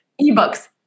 eBooks